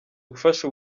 gufasha